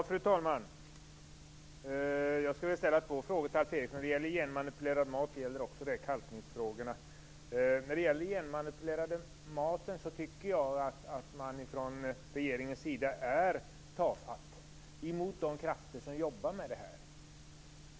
Fru talman! Jag skulle vilja ställa två frågor till Alf Eriksson, och det gäller genmanipulerad mat och kalkning. När det gäller den genmanipulerade maten tycker jag att regeringen är tafatt mot de krafter som arbetar med det här.